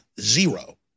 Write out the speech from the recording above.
Zero